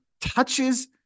touches